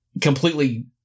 Completely